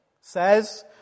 says